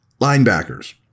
Linebackers